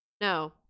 no